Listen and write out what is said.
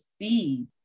feed